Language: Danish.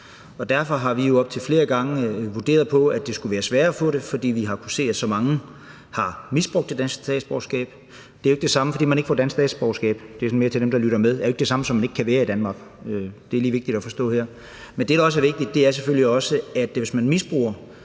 Der har vi jo op til flere gange vurderet, at det skulle være sværere at få det, fordi vi har kunnet se, at så mange har misbrugt det danske statsborgerskab. Det, at man ikke får dansk statsborgerskab, er jo ikke det samme, som at man ikke kan være i Danmark – og det siger jeg mere til dem, der lytter med. Det er lige vigtigt at forstå her. Men det, der også er vigtigt, er selvfølgelig, at hvis man misbruger